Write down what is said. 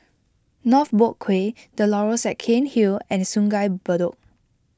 North Boat Quay the Laurels at Cairnhill and Sungei Bedok